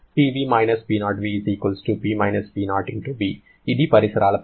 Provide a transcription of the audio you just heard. Pv - P0v P - P0v ఇది పరిసరాల పని